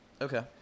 Okay